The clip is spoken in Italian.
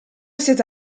siete